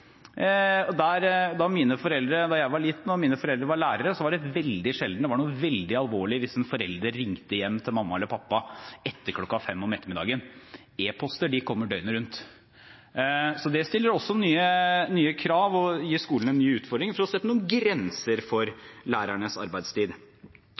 Mine foreldre var lærere. Da jeg var liten, var det veldig sjelden – da var det noe veldig alvorlig – at en forelder ringte hjem til mamma eller pappa etter kl. 17 om ettermiddagen. E-poster kommer døgnet rundt. Det stiller også nye krav og gir skolen en ny utfordring med å sette noen grenser for lærernes arbeidstid.